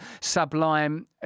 sublime